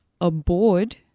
aboard